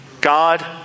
God